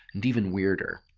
and even weirder.